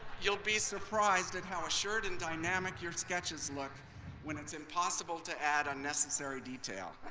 you'll be surprised at how assured and dynamic your sketches look when it's impossible to add unnecessary detail.